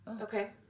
Okay